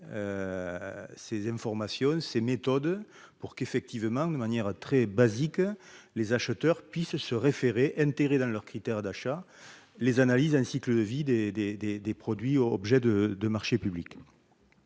ces informations, ces méthodes pour qu'effectivement de manière très basiques, les acheteurs puissent se référer dans leurs critères d'achat, les analyses un cycle de vie des, des, des, des produits, objets de de marchés publics.